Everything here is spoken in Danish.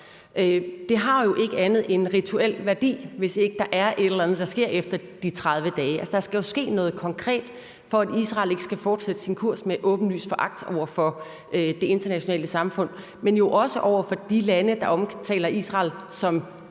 Det har jo ikke andet end en rituel værdi, hvis ikke der sker et eller andet efter de 30 dage. Altså, der skal jo ske noget konkret, for at Israel ikke skal fortsætte sin kurs med en åbenlys foragt over for det internationale samfund, men jo også over for de lande, der omtaler Israel som